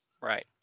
Right